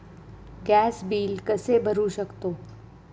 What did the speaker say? Gas bill कसे भरू शकतो?